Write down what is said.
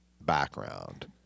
background